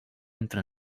entra